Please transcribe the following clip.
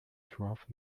trap